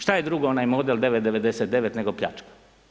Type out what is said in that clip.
Šta je drugo onaj model 9,99 nego pljačka?